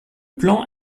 plan